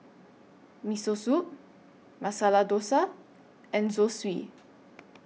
Miso Soup Masala Dosa and Zosui